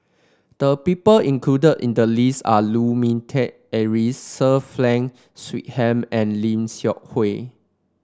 the people included in the list are Lu Ming Teh Earl Sir Frank Swettenham and Lim Seok Hui